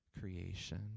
creation